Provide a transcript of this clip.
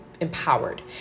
Empowered